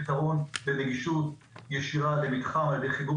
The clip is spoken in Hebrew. פתרון לנגישות ישירה למתחם על-ידי חיבור